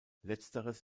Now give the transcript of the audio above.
letzteres